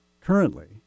Currently